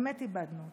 באמת איבדנו אותו.